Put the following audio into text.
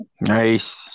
nice